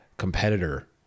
competitor